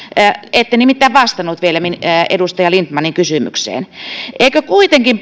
ette nimittäin vielä vastannut edustaja lindtmanin kysymykseen eikö kuitenkin